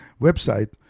website